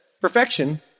perfection